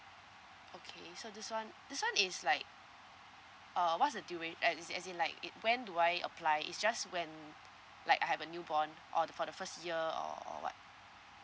okay so this one this one is like uh what's the duration uh is in as in like it when do I apply is just when like I have a newborn or the for the first year or or what